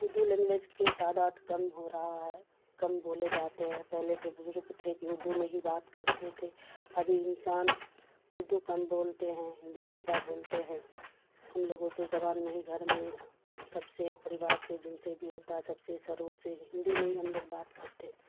Urdu language کے تعداد کم ہو رہا ہے کم بولے جاتے ہیں پہلے کے بزرگ تھے کہ اردو میں ہی بات کرتے تھے ابھی انسان اردو کم بولتے ہیں ہندی زیادہ بولتے ہیں ہم لوگ اردو زبان میں ہی گھر میں سب سے پریوار سے جن سے بھی ہوتا ہے سب سے سرور سے ہندی میں ہی ہم لوگ بات کرتے